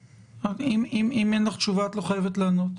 ואם אין לך תשובה את לא חייבת לענות: